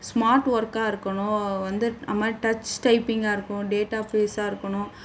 smart ஒர்க்காக இருக்கணும் வந்து நம்ம டச் டைப்பிங்காக இருக்கும் டேட்டா பேஸாக இருக்கணும்